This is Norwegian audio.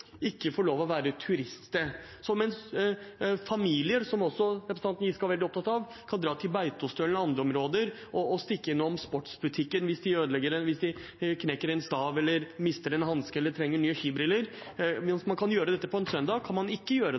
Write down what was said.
ikke får lov til å være et turiststed. Så mens familier – som også representanten Giske var veldig opptatt av – kan dra til Beitostølen og andre områder og stikke innom sportsbutikken hvis de knekker en stav, mister en hanske eller trenger nye skibriller også på en søndag, kan man ikke gjøre det hvis man drar på ski på SNØ på en søndag, fordi kommunen ikke